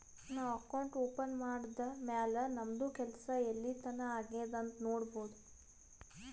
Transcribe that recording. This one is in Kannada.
ನಾವು ಅಕೌಂಟ್ ಓಪನ್ ಮಾಡದ್ದ್ ಮ್ಯಾಲ್ ನಮ್ದು ಕೆಲ್ಸಾ ಎಲ್ಲಿತನಾ ಆಗ್ಯಾದ್ ಅಂತ್ ನೊಡ್ಬೋದ್